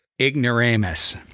Ignoramus